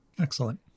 Excellent